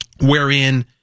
wherein